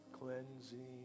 cleansing